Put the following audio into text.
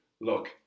look